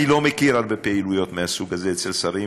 אני לא מכיר הרבה פעילויות מהסוג הזה אצל שרים.